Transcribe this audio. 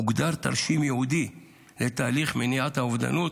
הוגדר תרשים ייעודי לתהליך מניעת אובדנות.